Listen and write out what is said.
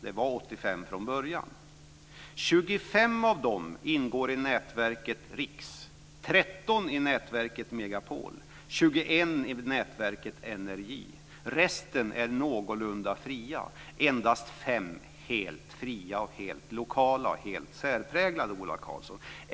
Det var 85 från början. 25 av dem ingår i nätverket Rix, 13 i nätverket Megapol, 21 i nätverket NRJ och resten är någorlunda fria. Det är endast 5 som är helt fria, helt lokala och helt särpräglade, Ola Karlsson.